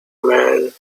man